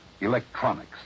electronics